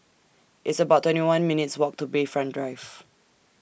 It's about twenty one minutes' Walk to Bayfront Drive